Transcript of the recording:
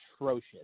atrocious